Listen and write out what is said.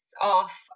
off